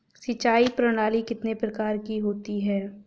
सिंचाई प्रणाली कितने प्रकार की होती है?